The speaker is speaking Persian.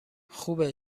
خوبه